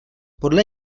podle